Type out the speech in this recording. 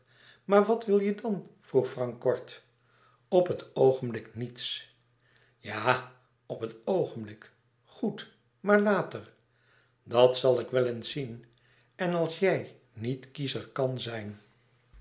maar wat wil je dan vroeg frank kort op het oogenblik niets ja op het oogenblik goed maar later dat zal ik wel eens zien en als jij niet kiescher kan zijn